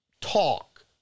talk